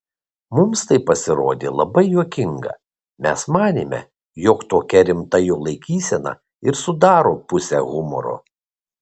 mums tai pasirodė labai juokinga mes manėme jog tokia rimta jo laikysena ir sudaro pusę humoro